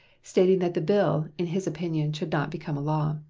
stating that the bill, in his opinion, should not become a law.